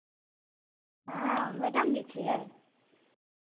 हाँ मैडम बैठी है